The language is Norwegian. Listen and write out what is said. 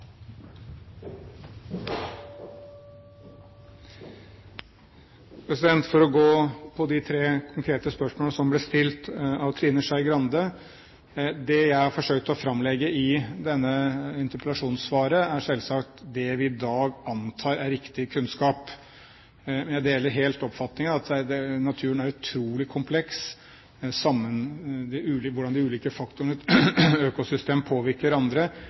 konkrete spørsmålene som ble stilt av Trine Skei Grande: Det jeg har forsøkt å framlegge i dette interpellasjonssvaret, er selvsagt det vi i dag antar er riktig kunnskap. Jeg deler helt oppfatningen av at naturen er utrolig kompleks. Hvordan de ulike faktorene i et økosystem påvirker